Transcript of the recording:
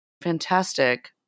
fantastic